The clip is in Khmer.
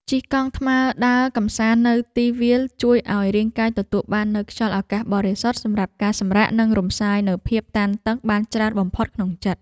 ជិះកង់ថ្មីដើរកម្សាន្តនៅទីវាលជួយឱ្យរាងកាយទទួលបាននូវខ្យល់អាកាសបរិសុទ្ធសម្រាប់ការសម្រាកនិងរំសាយនូវភាពតានតឹងបានច្រើនបំផុតក្នុងចិត្ត។